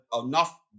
enough